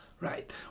right